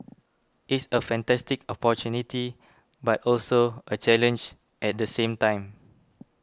it's a fantastic opportunity but also a challenge at the same time